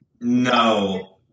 No